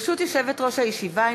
ברשות יושבת-ראש הישיבה,